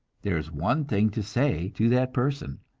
there is one thing to say to that person,